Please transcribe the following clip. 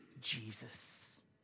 Jesus